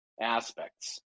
aspects